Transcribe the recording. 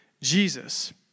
Jesus